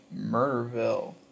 Murderville